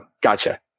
gotcha